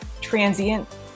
transient